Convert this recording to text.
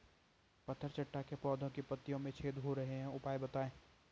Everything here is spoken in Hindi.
पत्थर चट्टा के पौधें की पत्तियों में छेद हो रहे हैं उपाय बताएं?